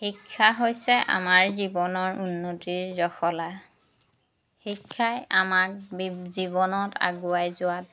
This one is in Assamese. শিক্ষা হৈছে আমাৰ জীৱনৰ উন্নতিৰ জখলা শিক্ষাই আমাক বি জীৱনত আগুৱাই যোৱাত